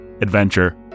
adventure